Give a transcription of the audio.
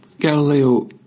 Galileo